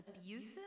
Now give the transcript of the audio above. abusive